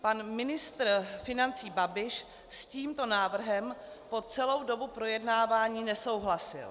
Pan ministr financí Babiš s tímto návrhem po celou dobu projednávání nesouhlasil.